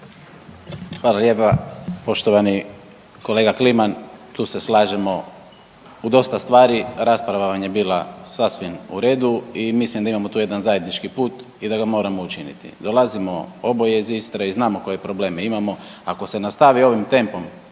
Hvala lijepa. Poštovani kolega Kliman tu se slažemo u dosta stvari, rasprava vam je bila sasvim u redu i mislim da imamo tu jedan zajednički put i da ga moramo učiniti. Dolazimo oboje iz Istre i znamo koje probleme imamo, ako se nastavi ovim tempom